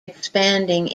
expanding